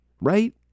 Right